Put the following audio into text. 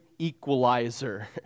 equalizer